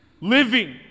Living